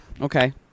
Okay